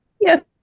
Yes